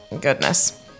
Goodness